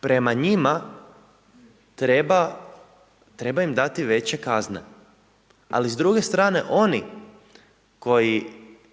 prema njima treba im dati veće kazne. Ali s druge strane oni koji